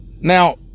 now